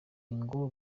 ngo